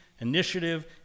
Initiative